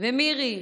והשרה מירי,